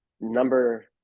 number